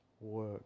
work